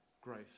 Growth